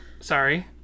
sorry